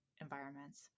environments